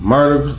Murder